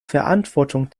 verantwortung